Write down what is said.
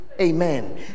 Amen